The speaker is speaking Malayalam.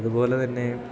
അതുപോലെ തന്നെ